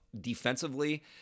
defensively